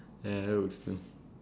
ya that works too